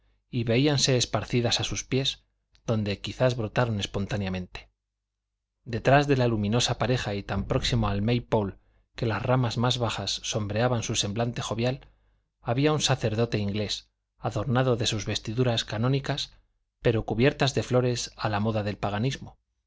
y veíanse esparcidas a sus pies donde quizá brotaron espontáneamente detrás de la luminosa pareja y tan próximo al may pole que las ramas más bajas sombreaban su semblante jovial había un sacerdote inglés adornado de sus vestiduras canónicas pero cubiertas de flores a la moda del paganismo